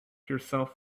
yourselves